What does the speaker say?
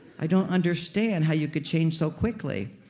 i don't understand how you could change so quickly.